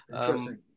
Interesting